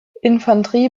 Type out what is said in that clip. infanterie